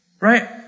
Right